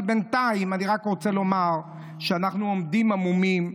אבל בינתיים אני רק רוצה לומר שאנחנו עומדים המומים,